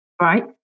right